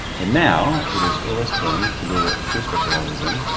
and now it is ulla's turn to do what she specialises in,